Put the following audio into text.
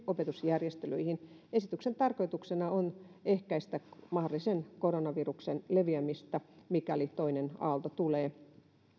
opetusjärjestelyihin esityksen tarkoituksena on ehkäistä mahdollisen koronaviruksen leviämistä mikäli toinen aalto tulee